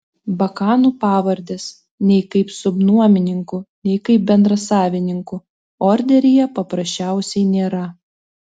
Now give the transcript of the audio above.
bakanų pavardės nei kaip subnuomininkų nei kaip bendrasavininkų orderyje paprasčiausiai nėra